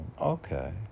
Okay